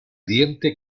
diente